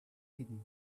hidden